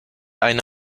eine